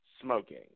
smoking